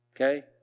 Okay